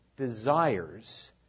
desires